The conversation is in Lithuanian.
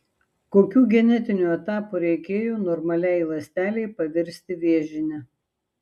kokių genetinių etapų reikėjo normaliai ląstelei pavirsti vėžine